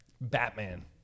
Batman